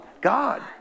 God